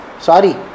sorry